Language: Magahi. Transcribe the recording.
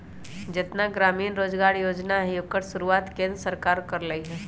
जेतना ग्रामीण रोजगार योजना हई ओकर शुरुआत केंद्र सरकार कर लई ह